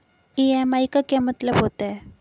EMI का क्या मतलब होता है?